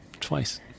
twice